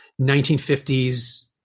1950s